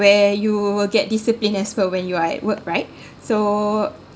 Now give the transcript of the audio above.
where you will get disciplined as well when you are at work right so